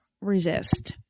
resist